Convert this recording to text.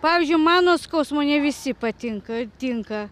pavyzdžiui man nuo skausmo ne visi patinka ir tinka